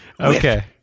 Okay